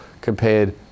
compared